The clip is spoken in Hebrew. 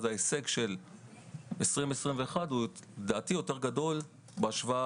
אז ההישג של 2021 הוא לדעתי גדול יותר כאשר